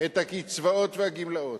את הקצבאות והגמלאות,